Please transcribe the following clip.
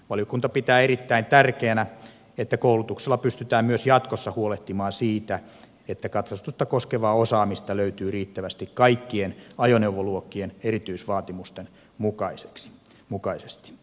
valiokunta pitää erittäin tärkeänä että koulutuksella pystytään myös jatkossa huolehtimaan siitä että katsastusta koskevaa osaamista löytyy riittävästi kaikkien ajoneuvoluokkien erityisvaatimusten mukaisesti